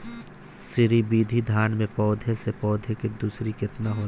श्री विधि धान में पौधे से पौधे के दुरी केतना होला?